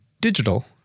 digital